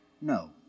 no